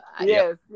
Yes